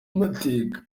n’amateka